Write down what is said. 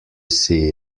see